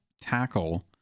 tackle